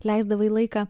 leisdavai laiką